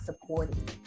supporting